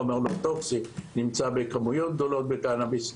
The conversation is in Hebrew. הוא חומר שנמצא בכמויות גדולות בקנביס,